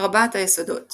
ארבעת היסודות